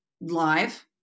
live